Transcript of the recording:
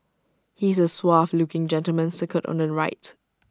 he is the suave looking gentleman circled on the right